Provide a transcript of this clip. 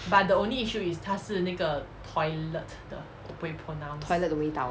toilet 的味道